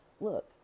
look